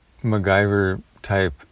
MacGyver-type